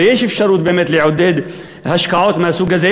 ויש אפשרות באמת לעודד השקעות מהסוג הזה.